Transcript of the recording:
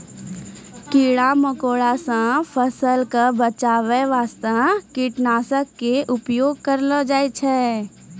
कीड़ा मकोड़ा सॅ फसल क बचाय वास्तॅ कीटनाशक के उपयोग करलो जाय छै